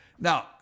Now